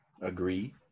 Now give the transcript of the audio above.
Agree